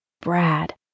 Brad